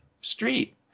street